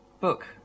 book